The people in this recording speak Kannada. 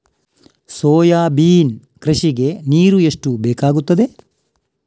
ಸೋಯಾಬೀನ್ ಕೃಷಿಗೆ ನೀರು ಎಷ್ಟು ಬೇಕಾಗುತ್ತದೆ?